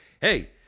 hey